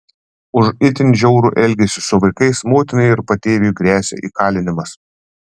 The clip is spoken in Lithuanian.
už itin žiaurų elgesį su vaikais motinai ir patėviui gresia įkalinimas